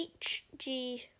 HG